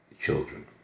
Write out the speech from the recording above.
children